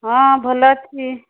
ହଁ ଭଲ ଅଛି